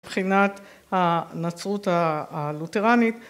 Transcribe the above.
מבחינת הנצרות הלותרנית.